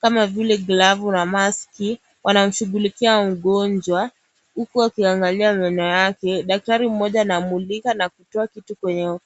Kama vile glavu na maski. Wanamshughulikia wagonjwa huku akiangalia maneno yake. Daktari mmoja anamulika na kutoa kitu kwenye